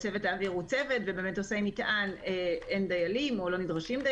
האוויר הוא צוות ונושא מטען הם דיילים או לא נדרשים.